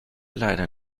leider